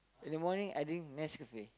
in the morning I drink Nescafe